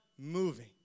moving